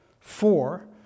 four